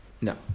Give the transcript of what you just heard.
No